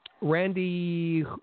Randy